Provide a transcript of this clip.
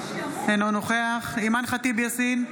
אינו נוכח אימאן ח'טיב יאסין,